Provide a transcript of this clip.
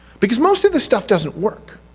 because most of this stuff doesn't work.